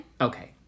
Okay